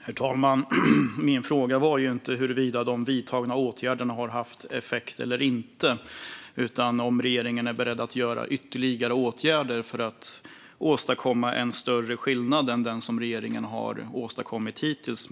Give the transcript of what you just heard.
Herr talman! Min fråga var ju inte huruvida de vidtagna åtgärderna har haft effekt eller inte utan om regeringen är beredd att vidta ytterligare åtgärder för att åstadkomma en större skillnad än man åstadkommit hittills.